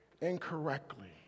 incorrectly